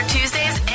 Tuesdays